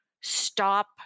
stop